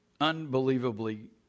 unbelievably